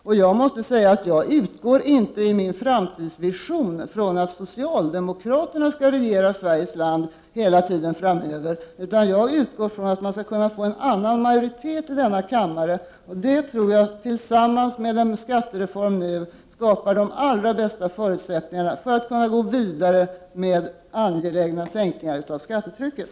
När det gäller min framtidsvision utgår jag inte från att det är socialdemokraterna som framöver alltid skall regera i Sverige. Jag utgår i stället från att det kan bli en annan majoritet i denna kammare. Allt detta, tillsammans med en skattereform nu, tror jag skapar de allra bästa förutsättningarna för att vi skall kunna gå vidare i arbetet med angelägna sänkningar av skattetrycket.